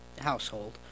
household